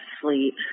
sleep